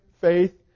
faith